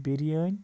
biryani